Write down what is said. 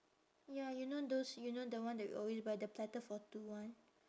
ya you know those you know the one that we always buy the platter for two [one]